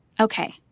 Okay